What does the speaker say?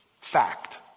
fact